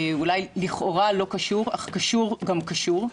אולי לכאורה לא קשור, אך קשור גם קשור.